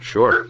Sure